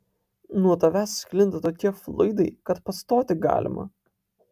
nuo tavęs sklinda tokie fluidai kad pastoti galima